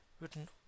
written